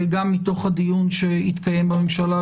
גם מתוך הדיון שהתקיים בממשלה,